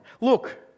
Look